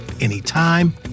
anytime